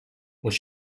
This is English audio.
what